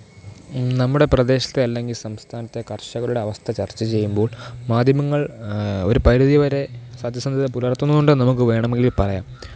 നമ്മുടെ പ്രദേശത്തെ അല്ലെങ്കിൽ സംസ്ഥാനത്തെ കര്ഷകരുടെ അവസ്ഥ ചര്ച്ച ചെയ്യുമ്പോള് മാധ്യമങ്ങള് ഒരു പരിധിവരെ സത്യസന്ധത പുലര്ത്തുന്നുണ്ടെന്ന് നമുക്ക് വേണമെങ്കില് പറയാം